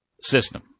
system